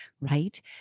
right